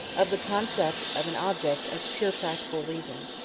of the concept of an object of pure practical reason.